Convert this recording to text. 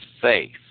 faith